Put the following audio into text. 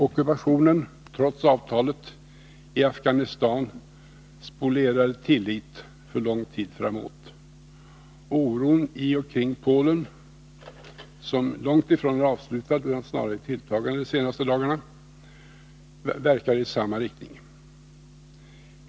Ockupationen, trots avtalet, i Afghanistan spolierade tilliten för lång tid framåt. Oron i och kring Polen, som långt ifrån är avslutad utan snarare i tilltagande de senaste dagarna, verkar i samma riktning.